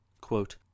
Quote